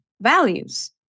values